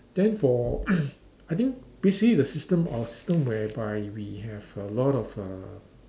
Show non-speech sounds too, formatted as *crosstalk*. then for *noise* I think basically the system our system whereby we have a lot of uh